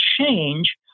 change